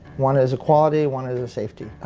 one is a quality, one is a safety.